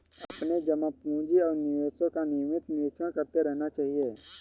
अपने जमा पूँजी और निवेशों का नियमित निरीक्षण करते रहना चाहिए